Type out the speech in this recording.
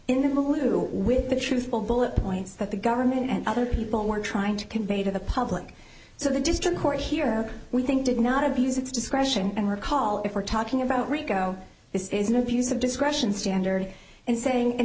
blue with the truthful bullet points that the government and other people were trying to convey to the public so the district court here we think did not abuse its discretion and recall if we're talking about rico this is an abuse of discretion standard and saying and